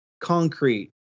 concrete